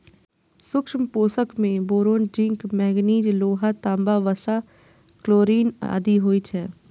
सूक्ष्म पोषक मे बोरोन, जिंक, मैगनीज, लोहा, तांबा, वसा, क्लोरिन आदि होइ छै